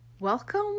Welcome